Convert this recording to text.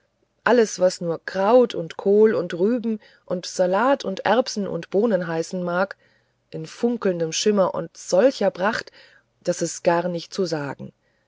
alles was nur kraut und kohl und rübe und salat und erbse und bohne heißen mag in funkelndem schimmer und solcher pracht daß es gar nicht zu sagen